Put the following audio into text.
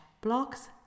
blocks